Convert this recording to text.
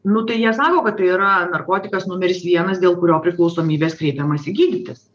nu tai jie sako kad tai yra narkotikas numeris vienas dėl kurio priklausomybės kreipiamasi gydytis